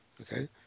Okay